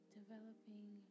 developing